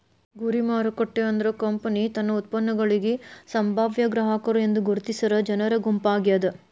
ಗುರಿ ಮಾರುಕಟ್ಟೆ ಅಂದ್ರ ಕಂಪನಿ ತನ್ನ ಉತ್ಪನ್ನಗಳಿಗಿ ಸಂಭಾವ್ಯ ಗ್ರಾಹಕರು ಎಂದು ಗುರುತಿಸಿರ ಜನರ ಗುಂಪಾಗ್ಯಾದ